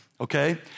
Okay